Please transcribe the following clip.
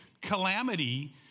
calamity